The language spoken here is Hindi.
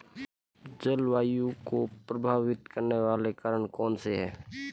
जलवायु को प्रभावित करने वाले कारक कौनसे हैं?